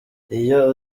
iyo